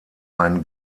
ein